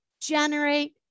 generate